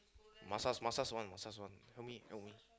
massage massage one massage one help me help me